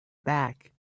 back